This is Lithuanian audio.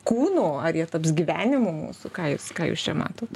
kūnu ar jie taps gyvenimu mūsų ką jūs ką jūs čia matot